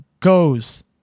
goes